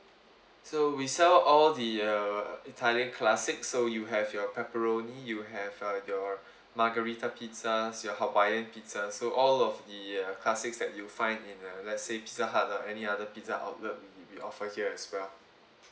so we sell all the uh italian classics so you have your pepperoni you'll have uh your margherita pizzas your hawaiian pizzas so all of the uh classics that you find in the let's say pizza hut or any other pizza outlet we we we offer here as well